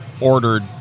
ordered